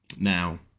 Now